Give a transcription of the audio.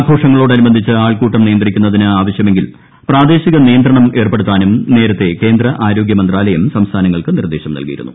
ആഘോഷങ്ങളോടനുബന്ധിച്ച് ആൾക്കൂട്ടം നിയന്ത്രിക്കുന്നതിന് ആവശ്യമെങ്കിൽ പ്രാദേശിക നിയന്ത്രണം ഏർപ്പെടുത്താനും നേരത്തെ കേന്ദ്ര ആരോഗ്യ മന്ത്രാലയം സംസ്ഥാനങ്ങൾക്ക് നിർദ്ദേശം നൽകിയിരുന്നു